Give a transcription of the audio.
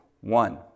one